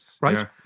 right